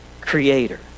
creator